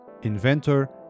inventor